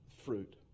fruit